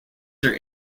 their